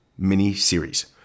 miniseries